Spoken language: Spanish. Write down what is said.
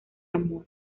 amor